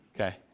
Okay